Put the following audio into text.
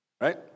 Right